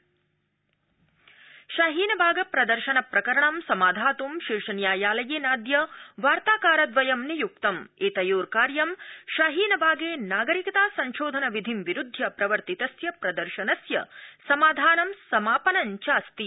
शाहीनबाग शाहीनबागप्रदर्शनप्रकरणं समाधात् शीर्षन्यायालयेनाद्य वार्ताकार दवयं निय्क्तम एतयोर्कार्य शाहीन बागे नागरिकता संशोधन विधिं विरूद्धय प्रवर्तितस्य प्रदर्शनस्य समाधानं समापनं चास्ति